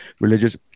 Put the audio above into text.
religious